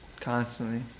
constantly